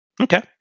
Okay